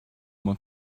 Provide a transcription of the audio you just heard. more